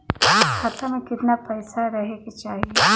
खाता में कितना पैसा रहे के चाही?